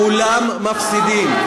כולם מפסידים.